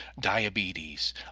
diabetes